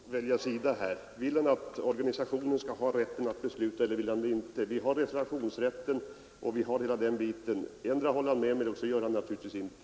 Herr talman! Nu får herr Olsson välja sida. Vill han att organisationen skall ha rätten att besluta, eller vill han det inte? Vi har reservationsrätten. Antingen håller han med mig eller också gör han det inte.